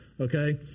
okay